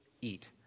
eat